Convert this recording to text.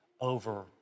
over